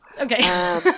Okay